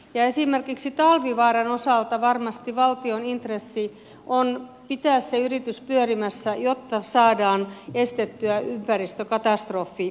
esimerkiksi talvivaaran osalta varmasti valtion intressi on pitää se yritys pyörimässä jotta saadaan estettyä ympäristökatastrofi